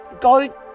go